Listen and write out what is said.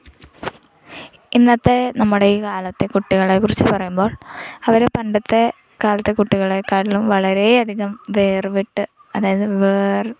ഇന്നത്തെ നമ്മുടെ ഈ കാലത്തെ കുട്ടികളെ കുറിച്ച് പറയുമ്പോൾ അവർ പണ്ടത്തേക്കാലത്തെ കുട്ടികളെ കാട്ടിലും വളരെയധികം വേർപെട്ട് അതായത് വേർ